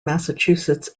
massachusetts